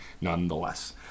nonetheless